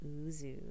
Uzu